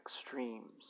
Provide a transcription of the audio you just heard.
extremes